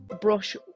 brush